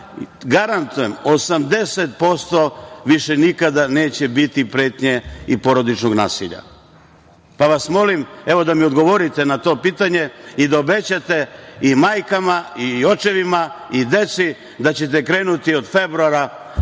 garantujem 80% više nikada neće biti pretnje i porodičnog nasilja. Molim vas da mi odgovorite na to pitanje i da obećate i majkama i očevima i deci da ćete krenuti od februara